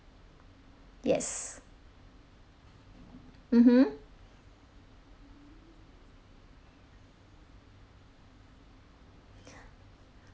yes mmhmm